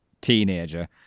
teenager